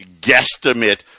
guesstimate